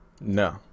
No